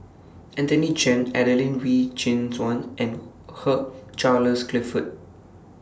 Anthony Chen Adelene Wee Chin Suan and Hugh Charles Clifford